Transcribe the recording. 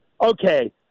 okay